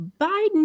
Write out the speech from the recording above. Biden